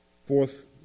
Fourth